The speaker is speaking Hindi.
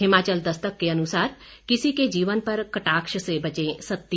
हिमाचल दस्तक के अनुसार किसी के जीवन पर कटाक्ष से बचें सत्ती